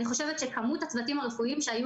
אני חושבת שכמות הצוותים הרפואיים שהיו